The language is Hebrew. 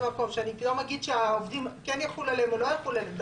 בלי להגיד שכן יחול על העובדים או לא יחול עליהם.